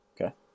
Okay